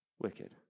wicked